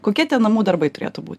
kokie tie namų darbai turėtų būt